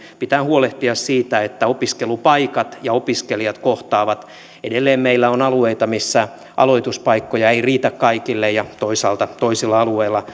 pitää huolehtia siitä että opiskelupaikat ja opiskelijat kohtaavat edelleen meillä on alueita missä aloituspaikkoja ei riitä kaikille ja toisaalta toisilla alueilla